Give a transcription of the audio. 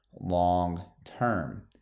long-term